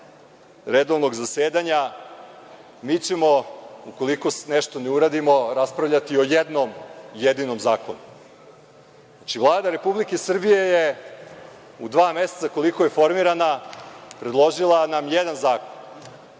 redovnog zasedanja, mi ćemo, ukoliko nešto ne uradimo, raspravljati o jednom jedinom zakonu. Vlada Republike Srbije je u dva meseca, koliko je formirana, predložila nam jedan zakon,